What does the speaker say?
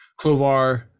Clovar